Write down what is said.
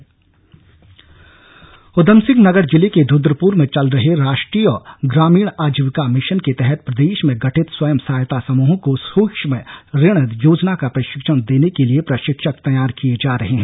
समूह प्रशिक्षण ऊधमसिंह नगर जिले के रुद्रपुर में चल रहे राष्ट्रीय ग्रामीण आजीविका मिशन के तहत प्रदेश में गठित स्वयं सहायता समूहों को सुक्ष्म ऋण योजना का प्रशिक्षण देने के लिए प्रशिक्षक तैयार किए जा रहे हैं